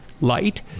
light